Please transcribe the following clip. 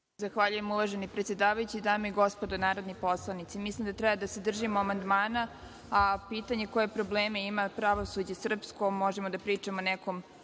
Zahvaljujem. Uvaženi predsedavajući, dame i gospodo narodni poslanici, mislim da treba da se držimo amandman, a pitanje koje probleme ima pravosuđe srpsko, možemo da pričamo nekom